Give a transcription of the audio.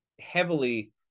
heavily